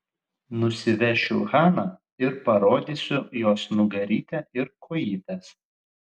nusivešiu haną ir parodysiu jos nugarytę ir kojytes